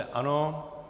Ano.